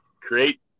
create